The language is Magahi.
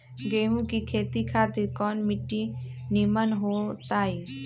गेंहू की खेती खातिर कौन मिट्टी निमन हो ताई?